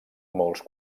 molts